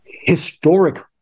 historic